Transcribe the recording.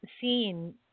seen